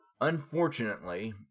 Unfortunately